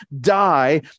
die